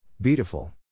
beautiful